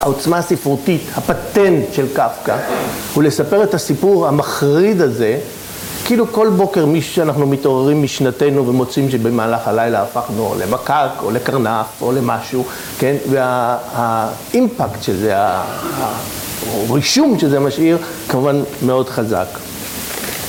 העוצמה הספרותית, הפטנט של קפקה, הוא לספר את הסיפור המחריד הזה, כאילו כל בוקר משאנחנו מתעוררים משנתנו ומוצאים שבמהלך הלילה הפכנו למקק או לקרנף או למשהו, כן? והאימפקט של זה, הרישום שזה משאיר כמובן מאוד חזק